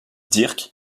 dirk